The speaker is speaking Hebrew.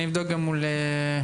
אני אבדוק גם מול המינהלת.